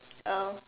oh